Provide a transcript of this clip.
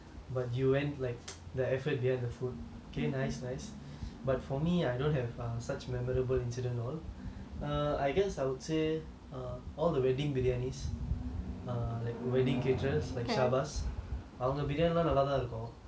but you went like the effort beyond the food okay nice nice but for me I don't have err such memorable incident all err I guess I would say err all the wedding briyanis err like wedding caterers like shabazz அவங்க:avanga briyani எல்லாம் நல்லா தான் இருக்கும்:elaam nalla thaan irukkum